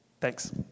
Thanks